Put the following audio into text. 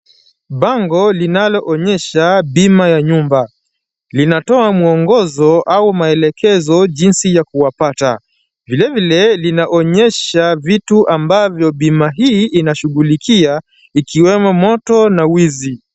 Bango linaloonyesha bima ya nyumba, linatoa mwongozo au maelekezo jinsi ya kuwapata vilevile linaonyesha vitu ambavyo bima hii inashughulikia ikiwemo moto na wizi.